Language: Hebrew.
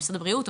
למשרד הבריאות,